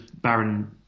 baron